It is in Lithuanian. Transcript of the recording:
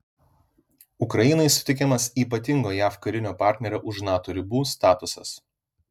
ukrainai suteikiamas ypatingo jav karinio partnerio už nato ribų statusas